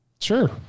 sure